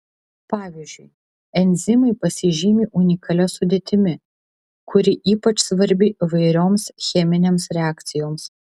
pavyzdžiui enzimai pasižymi unikalia sudėtimi kuri ypač svarbi įvairioms cheminėms reakcijoms